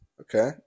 Okay